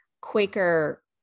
Quaker